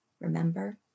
Remember